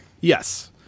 yes